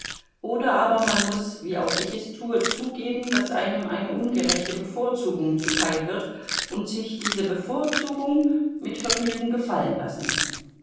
oder aber man muß wie auch ich es tue zugeben daß einem eine ungerechte bevorzugung zuteil wird und sich diese bevorzugung mit vergnügen gefallen lassen